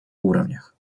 уровнях